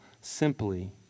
simply